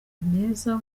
meza